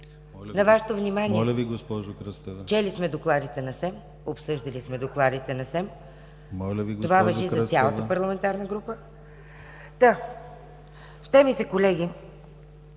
ВЕЛИСЛАВА КРЪСТЕВА: Чели сме докладите на СЕМ, обсъждали сме докладите на СЕМ. Това важи за цялата парламентарна група. Ще ми се колеги